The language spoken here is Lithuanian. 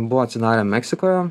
buvo atsidarę meksikoje